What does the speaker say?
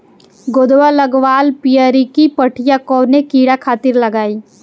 गोदवा लगवाल पियरकि पठिया कवने कीड़ा खातिर लगाई?